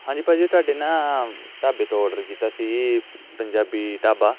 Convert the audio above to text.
ਹਾਂ ਜੀ ਭਾਅ ਜੀ ਤੁਹਾਡੇ ਨਾ ਢਾਬੇ ਤੋਂ ਓਡਰ ਕੀਤਾ ਸੀ ਪੰਜਾਬੀ ਢਾਬਾ